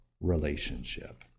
relationship